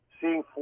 seeing